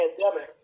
pandemic